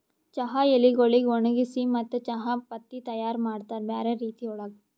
ಚಹಾ ಎಲಿಗೊಳಿಗ್ ಒಣಗಿಸಿ ಮತ್ತ ಚಹಾ ಪತ್ತಿ ತೈಯಾರ್ ಮಾಡ್ತಾರ್ ಬ್ಯಾರೆ ರೀತಿ ಒಳಗ್